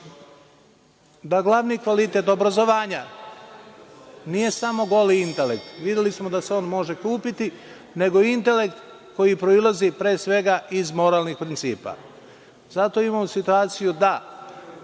da glavni kvalitet obrazovanja nije samo goli intelekt, videli smo da se on može kupiti, nego intelekt koji proizilazi pre svega iz moralnih principa. Zato imamo situaciju da